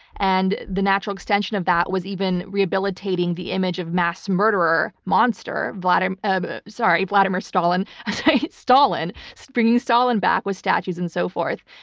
and the natural extension of that was even rehabilitating the image of mass murderer monster vlad um ah sorry, vladimir stalin stalin, springing stalin back with statues and so forth.